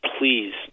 please